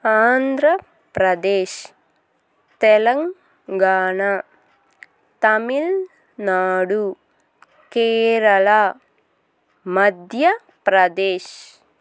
Andhra Pradesh Telangana Tamil Nadu Kerala Madhya Pradesh